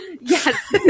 Yes